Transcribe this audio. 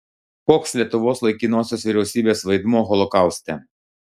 koks lietuvos laikinosios vyriausybės vaidmuo holokauste